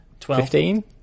Fifteen